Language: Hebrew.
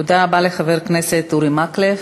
תודה רבה לחבר הכנסת אורי מקלב.